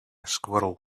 squirrel